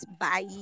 bye